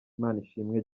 manishimwe